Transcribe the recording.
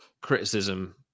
criticism